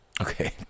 Okay